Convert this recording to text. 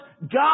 God